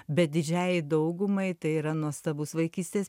bet didžiajai daugumai tai yra nuostabus vaikystės